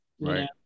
Right